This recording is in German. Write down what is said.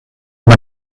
man